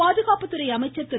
பாதுகாப்புத்துறை அமைச்சர் திரு